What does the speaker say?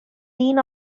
dean